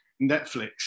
Netflix